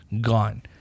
Gone